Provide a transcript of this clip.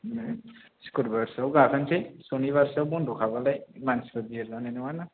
सुख्रुबारसोयाव गाखोनोसै सनिबारसोयाव बन्द'खाबालाय मानसिफोर बिहिर जानाय नङा ना